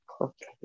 Okay